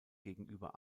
gegenüber